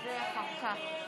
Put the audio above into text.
הצעת סיעת